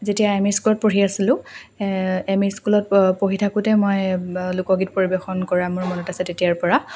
যেতিয়া M E স্কুলত পঢ়ি আছিলোঁ এম ই স্কুলত পঢ়ি থাকোঁতে মই লোকগীত পৰিৱেশন কৰা মোৰ মনত আছে তেতিয়াৰেপৰা